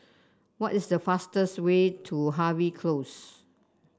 what is the fastest way to Harvey Close